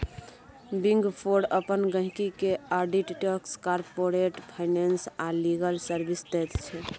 big four अपन गहिंकी केँ आडिट टैक्स, कारपोरेट फाइनेंस आ लीगल सर्विस दैत छै